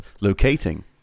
locating